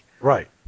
Right